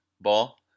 ball